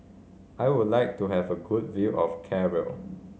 I would like to have a good view of Cairo